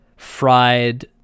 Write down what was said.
fried